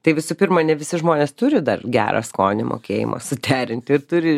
tai visų pirma ne visi žmonės turi dar gerą skonį mokėjimą suderinti ir turi